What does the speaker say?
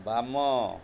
ବାମ